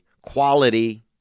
Quality